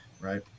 right